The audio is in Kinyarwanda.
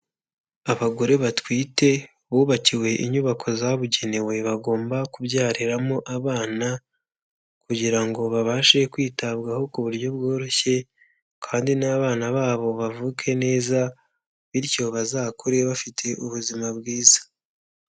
Abagore batwite bubakiwe inyubako zabugenewe bagomba kubyariramo abana, kugira ngo babashe kwitabwaho ku buryo bworoshye, kandi n'abana babo bavuke neza bityo bazakure bafite ubuzima bwiza.